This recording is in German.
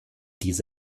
die